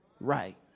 right